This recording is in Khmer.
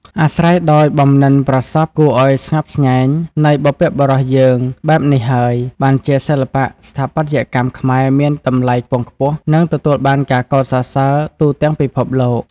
អាស្រ័យដោយបំនិនប្រសប់គួរអោយស្ញប់ស្ញែងនៃបុព្វបុរសយើងបែបនេះហើយ បានជាសិល្បៈស្ថាបត្យកម្ម ខ្មែរមាន តំលៃខ្ពង់ខ្ពស់ និងទទួលបានការកោតសរសើរទូទាំងពិភពលោក ។